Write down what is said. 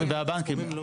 והבנקים.